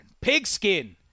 pigskin